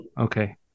Okay